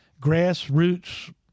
grassroots